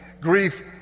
grief